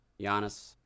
Giannis